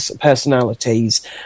personalities